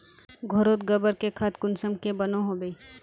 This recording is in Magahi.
घोरोत गबर से खाद कुंसम के बनो होबे?